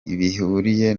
bihuriye